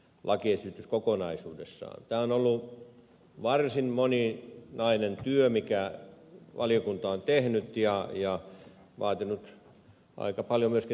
tämä on ollut varsin moninainen työ minkä valiokunta on tehnyt ja vaatinut aika paljon myöskin tarkkaavaisuutta